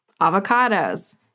avocados